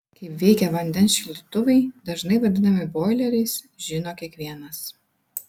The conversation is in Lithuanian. kaip veikia vandens šildytuvai dažnai vadinami boileriais žino kiekvienas